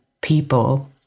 people